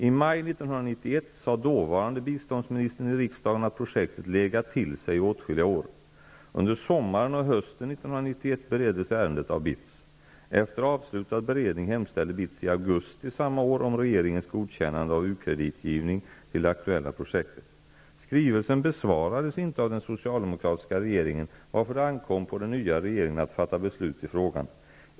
I maj 1991 sade dåvarande biståndsministern i riksdagen att projektet legat till sig i åtskilliga år. Under sommaren och hösten 1991 bereddes ärendet av BITS. Efter avslutad beredning hemställde BITS i augusti samma år om regeringens godkännande av u-kreditgivning till det aktuella projektet. Skrivelsen besvarades inte av den socialdemokratiska regeringen varför det ankom på den nya regeringen att fatta beslut i frågan.